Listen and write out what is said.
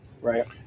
Right